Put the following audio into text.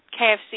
KFC